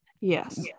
Yes